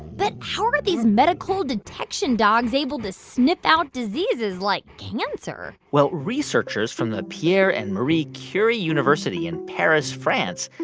but how are these medical detection dogs able to sniff out diseases like cancer? well, researchers from the pierre and marie curie university in paris, france,